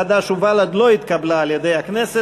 חד"ש ובל"ד לא התקבלה על-ידי הכנסת.